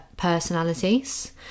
personalities